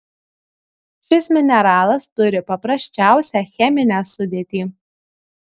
šis mineralas turi paprasčiausią cheminę sudėtį